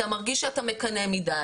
אתה מרגיש שאתה מקנא מדי,